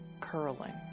curling